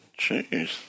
Jeez